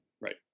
right